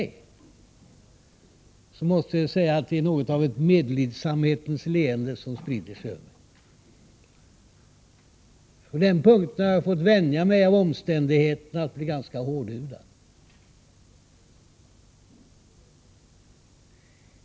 måste jag säga att något av ett medlidsamhetens leende sprider sig. På den punkten har jag av omständigheterna fått vänja mig att vara ganska hårdhudad.